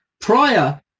prior